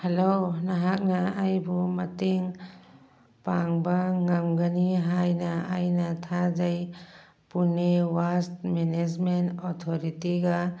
hello ꯅꯍꯥꯛꯅ ꯑꯩꯕꯨ ꯃꯇꯦꯡ ꯄꯥꯡꯕ ꯉꯝꯒꯅꯤ ꯍꯥꯏꯅ ꯑꯩꯅ ꯊꯥꯖꯩ ꯄꯨꯅꯦ ꯋꯦꯁ ꯃꯦꯅꯦꯁꯃꯦꯟ ꯑꯣꯊꯣꯔꯤꯇꯤꯒ